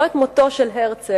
לא את מותו של הרצל,